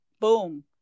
boom